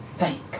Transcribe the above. Thank